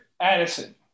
Addison